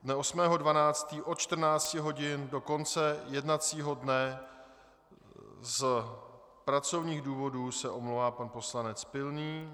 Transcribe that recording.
Dne 8.12. od 14 hodin do konce jednacího dne z pracovních důvodů se omlouvá pan poslanec Pilný.